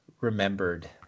remembered